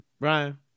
Brian